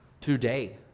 today